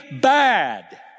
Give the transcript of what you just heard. bad